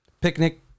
picnic